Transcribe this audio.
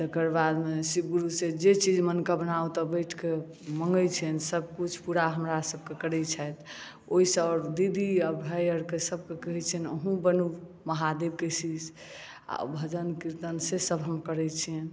तकर बादमे शिवगुरुसँ जे चीज मनकामना ओतहि बैठिके माँगै छिअनि सबकिछु पूरा हमरा सबके करै छथि ओहिसँ दीदी आओर भाइ आओरके सबके कहै छिअनि अहूँ बनू महादेवके शिष्य आओर भजन कीर्तन से सब हम करै छिअनि